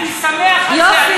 להפך, אני שמח על זה, יופי.